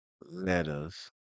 letters